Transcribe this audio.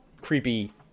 creepy